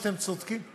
אתם צודקים.